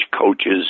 coaches